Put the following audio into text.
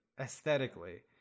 aesthetically